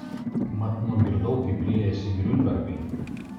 mat nugirdau kaip riejasi griunbergai